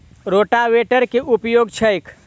रोटावेटरक केँ उपयोग छैक?